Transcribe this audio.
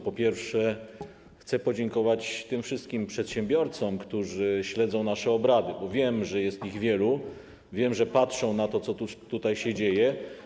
Po pierwsze, chcę podziękować tym wszystkim przedsiębiorcom, którzy śledzą nasze obrady, bo wiem, że jest ich wielu, wiem, że patrzą na to, co tutaj się dzieje.